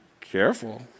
Careful